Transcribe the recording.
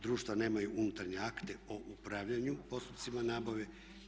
Društva nemaju unutarnje akte o upravljanju postupcima nabave.